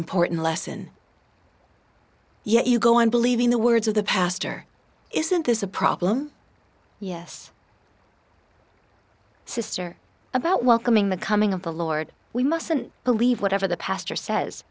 important lesson yet you go on believing the words of the pastor isn't this a problem yes sister about welcoming the coming of the lord we mustn't believe whatever the pastor says